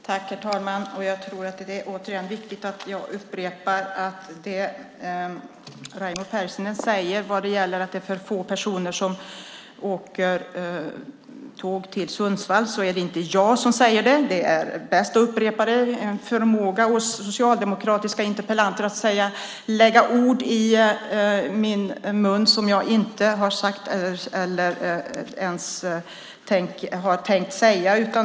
Herr talman! Jag tror att det återigen är viktigt att jag upprepar det Raimo Pärssinen säger om att det är för få personer som åker tåg till Sundsvall. Det är inte jag som säger det. Det är bäst att upprepa detta. Det finns en förmåga hos socialdemokratiska interpellanter att lägga ord i min mun som jag inte har sagt eller ens har tänkt att säga.